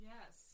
Yes